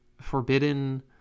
forbidden